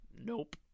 Nope